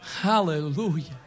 Hallelujah